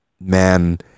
Man